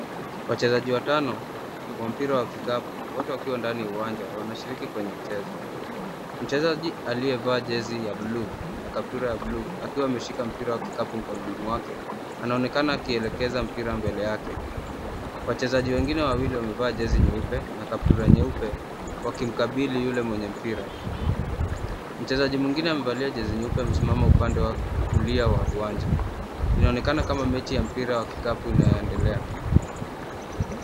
Wachezaji watano wa mpira wa kikapu wote wakiwa ndani ya uwanja wanashiriki kwenye mchezo. Mchezaji aliyevaa jezi ya buluu na kaptura ya buluu akiwa ameshika mpira wa kikapu mkononi mwake anaonekana akielekeza mpira mbele yake. Wachezaji wengine wawili wamevaa jezi nyeupe na kaptura nyeupe wakimkabili yule mwenye mpira. Mchezaji mwingine amevalia jezi nyeupe amesimama upande wa kulia wa uwanja. Inaonekana kama mechi wa mpira wa kikapu inayoendelea.